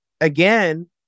again